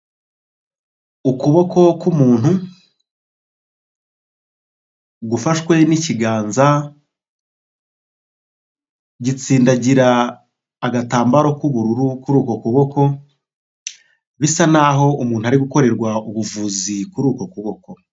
Ukuboko k'umuntu gufashwe n'ikiganza gitsindagira agatambaro k'ubururu kuri uko kuboko bisa naho umuntu ari gukorerwa ubuvuzi kuri ubwo kuboko.